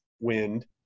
wind